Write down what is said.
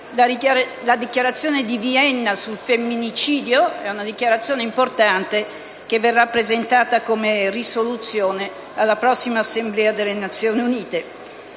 la Dichiarazione di Vienna sul femminicidio: si tratta di una dichiarazione importante che verrà presentata come risoluzione alla prossima Assemblea delle Nazioni Unite.